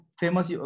famous